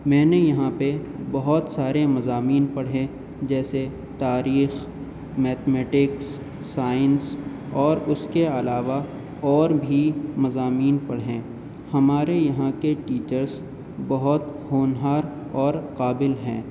میں نے یہاں پہ بہت سارے مضامین پڑھے جیسے تاریخ میتھمیٹکس سائنس اور اس کے علاوہ اور بھی مضامین پڑھے ہمارے یہاں کے ٹیچرس بہت ہونہار اور قابل ہیں